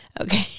Okay